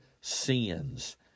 sins